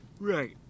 right